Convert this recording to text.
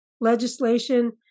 Legislation